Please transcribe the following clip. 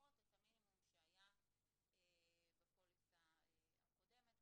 לפחות את המינימום שהיה בפוליסה הקודמת.